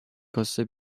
کاسه